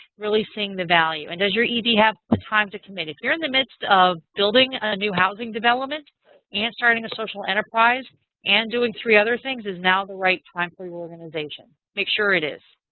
really seeing the value. and does your ed have time to commit. if you're in the midst of building a new housing development and starting a social enterprise and doing three other things, is now the right time for your organization? make sure it is.